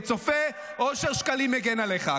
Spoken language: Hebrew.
שצופה, אושר שקלים מגן עליך.